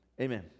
amen